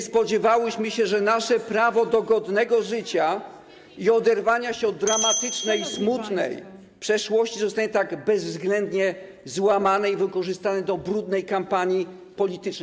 Nie spodziewałyśmy się, że nasze prawo do godnego życia i oderwania się od dramatycznej i smutnej przeszłości zostanie tak bezwzględnie złamane i wykorzystane do brudnej kampanii politycznej.